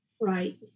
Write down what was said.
Right